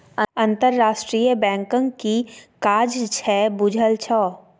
अंतरराष्ट्रीय बैंकक कि काज छै बुझल छौ?